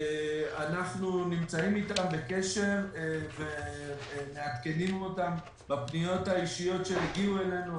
אנחנו נמצאים אתם בקשר ומעדכנים אותם בפניות האישיות שהגיעו אלינו.